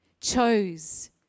chose